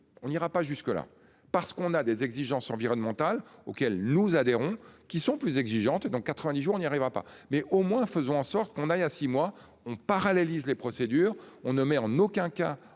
on ira pas jusque-là parce qu'on a des exigences environnementales auxquelles nous adhérons qui sont plus exigeantes dans 90 jours on n'y arrivera pas mais au moins, faisons en sorte qu'on aille à six mois on parallélisme les procédures. On ne met en aucun cas